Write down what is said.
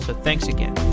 but thanks again